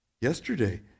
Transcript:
Yesterday